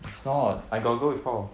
it's not I got go before